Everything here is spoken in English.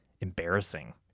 embarrassing